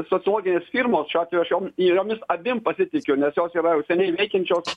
sociologinės firmos šiuo atveju aš jom jomis abiem pasitikiu nes jos yra jau seniai veikiančios